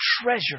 treasure